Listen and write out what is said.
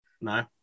no